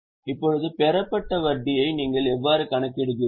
இப்போது பெறப்பட்ட வட்டியை நீங்கள் எவ்வாறு கணக்கிடுகிறீர்கள்